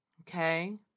Okay